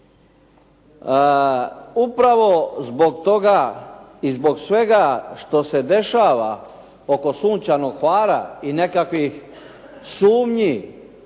Upravo zbog toga i zbog svega što se dešava oko "Sunčanog Hvara" i nekakvih sumnji